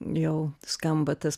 jau skamba tas